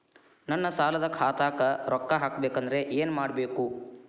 ನನ್ನ ಸಾಲದ ಖಾತಾಕ್ ರೊಕ್ಕ ಹಾಕ್ಬೇಕಂದ್ರೆ ಏನ್ ಮಾಡಬೇಕು?